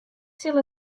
sil